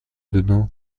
дну